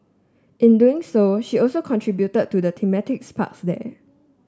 in doing so she also contributed to the thematic parks there